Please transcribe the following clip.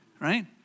right